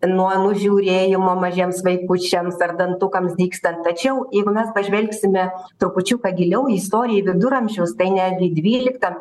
nuo nužiūrėjimo mažiems vaikučiams ar dantukams dygstant tačiau jeigu mes pažvelgsime trupučiuką giliau į istoriją į viduramžius tai netgi dvyliktam